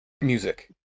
music